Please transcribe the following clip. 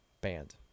Banned